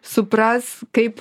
supras kaip